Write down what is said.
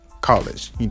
college